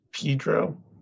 Pedro